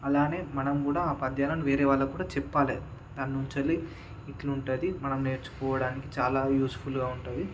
అలానే మనం కూడా ఆ పద్యాలను వేరే వాళ్ళకి కూడా చెప్పాలి దానుంచెలి ఇట్లుంటుంది మనం నేర్చుకోవడానికి చాలా యూజ్ ఫుల్గా ఉంటుంది